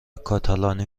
کاتالانی